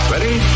Ready